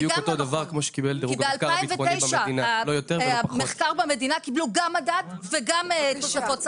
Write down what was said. כי ב-2009 המחקר במדינה קיבלו גם מדד וגם תוספות שכר,